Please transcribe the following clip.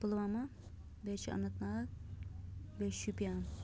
پُلواما بیٚیہِ چھُ اننت ناگ بیٚیہِ چھُ شُپین